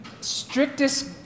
strictest